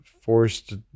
forced